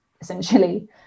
essentially